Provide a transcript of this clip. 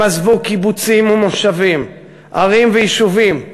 הם עזבו קיבוצים ומושבים, ערים ויישובים,